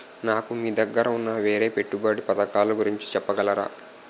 నాకు మీ దగ్గర ఉన్న వేరే పెట్టుబడి పథకాలుగురించి చెప్పగలరా?